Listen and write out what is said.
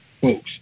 folks